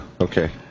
Okay